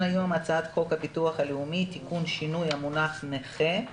היום הוא הצעת חוק הביטוח הלאומי (תיקון - שינוי המונח נכה),